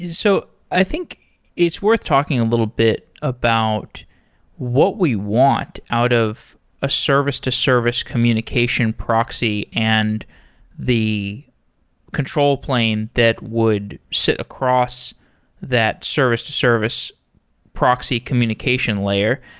so i think it's worth talking a little bit about what we want out of a service to service communication proxy and the control plane that would sit across that service to service proxy communication layer.